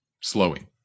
slowing